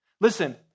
Listen